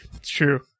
true